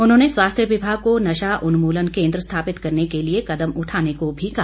उन्होंने स्वास्थ्य विभाग को नशा उन्मूलन केन्द्र स्थापित करने के लिए कदम उठाने को भी कहा